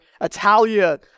Italia